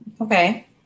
okay